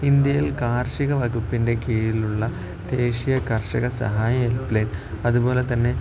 ഇന്ത്യയിൽ കാർഷിക വകുപ്പിൻ്റെ കീഴിലുള്ള ദേശീയ കർഷക സഹായ ഹെൽപ്ലൈൻ അതുപോലെത്തന്നെ